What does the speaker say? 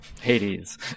hades